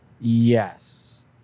Yes